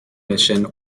mission